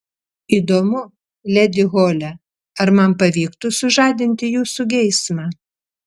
įdomu ledi hole ar man pavyktų sužadinti jūsų geismą